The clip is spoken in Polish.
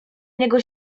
niego